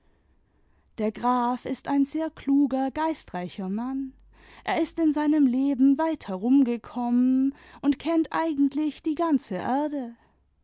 der graf ist ein sehr kluger geistreicher mann er ist in seinem leben weit herumgekommen und kennt eigentlich die ganze erde